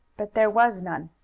but there was none.